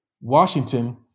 Washington